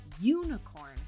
unicorn